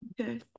Okay